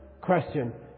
question